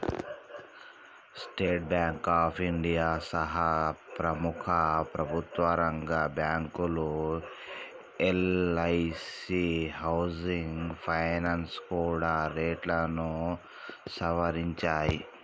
state Bank of India సహా ప్రముఖ ప్రభుత్వరంగ బ్యాంకులు, ఎల్ఐసీ హౌసింగ్ ఫైనాన్స్ కూడా రేట్లను సవరించాయి